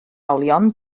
olion